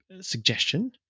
suggestion